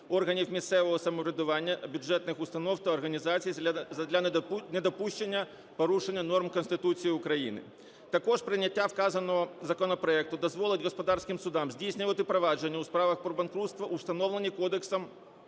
органів місцевого самоврядування, бюджетних установ та організацій задля недопущення порушення норм Конституції України. Також прийняття вказаного законопроекту дозволить господарським судам здійснювати провадження у справах про банкрутство у встановлені кодексом